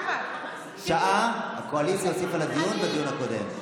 שעה הקואליציה הוסיפה לדיון הקודם.